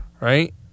Right